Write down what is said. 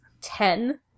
ten